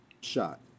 shot